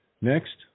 Next